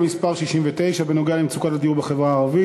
מס' 69 בנוגע למצוקת הדיור בחברה הערבית.